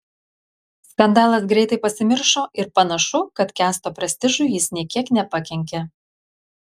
skandalas greitai pasimiršo ir panašu kad kęsto prestižui jis nė kiek nepakenkė